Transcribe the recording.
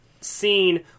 scene